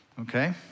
Okay